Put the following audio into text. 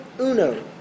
uno